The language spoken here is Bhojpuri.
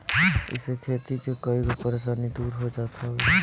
इसे खेती के कईगो परेशानी दूर हो जात हवे